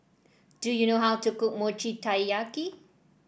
do you know how to cook Mochi Taiyaki